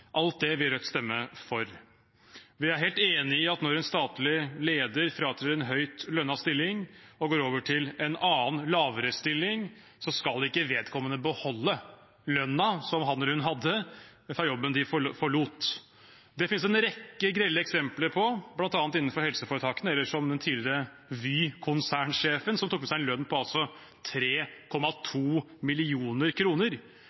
Alt det vil Rødt stemme for. Vi er helt enig i at når en statlig leder fratrer en høyt lønnet stilling og går over i en annen, lavere stilling, skal ikke vedkommende beholde lønnen han eller hun hadde i jobben vedkommende forlot. Det finnes det en rekke grelle eksempler på, bl.a. innenfor helseforetakene eller da den tidligere Vy-konsernsjefen tok med seg en lønn på